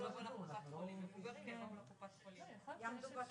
חודשים, כשתביאו את